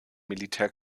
militär